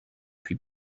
puis